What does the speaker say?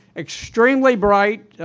extremely bright.